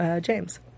James